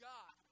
God